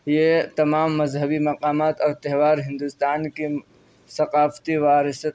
یہ تمام مذہبی مقامات اور تہوار ہندوستان کے ثقافتی وراثت